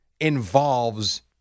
involves